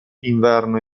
inverno